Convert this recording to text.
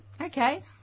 Okay